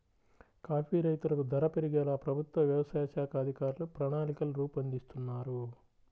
coffee రైతులకు ధర పెరిగేలా ప్రభుత్వ వ్యవసాయ శాఖ అధికారులు ప్రణాళికలు రూపొందిస్తున్నారు